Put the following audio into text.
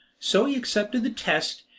so he accepted the test,